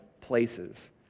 places